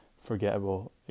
forgettable